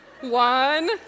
one